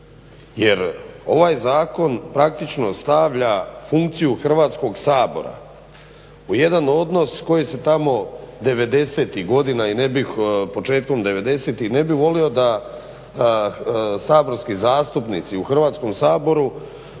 jer ovaj zakon praktično stavlja funkciju Hrvatskoga sabora u jedan odnos koji se tamo 90.-tih godina i ne bih, početkom 90.-tih, i ne bih volio da saborski zastupnici u Hrvatskom saboru